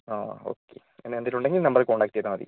ആ ഓക്കെ പിന്നെ എന്തെങ്കിലും ഉണ്ടെങ്കിൽ ഈ നമ്പറിൽ കോൺടാക്ട് ചെയ്താൽ മതി